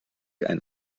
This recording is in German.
ein